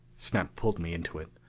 snap pulled me into it.